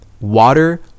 Water